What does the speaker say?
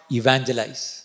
evangelize